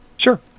sure